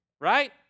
Right